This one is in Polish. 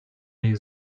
jej